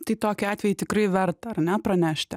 tai tokiu atveju tikrai verta ar ne pranešti